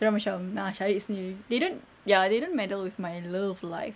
dorang macam ah cari sendiri they don't ya they don't meddle with my love life